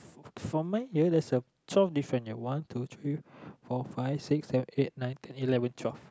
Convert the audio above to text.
from mine ya there's twelve different one two three four five six seven eight nine ten eleven twelve